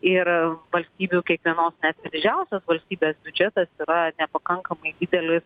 ir valstybių kiekvienos didžiausias valstybės biudžetas yra nepakankamai didelis